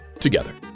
together